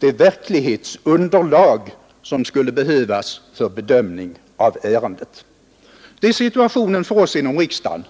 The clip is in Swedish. verklighetsunderlag som skulle behövas för bedömning av ärendet. Det är situationen för oss inom riksdagen.